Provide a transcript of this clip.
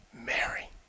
Mary